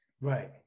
Right